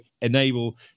enable